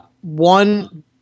one